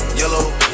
yellow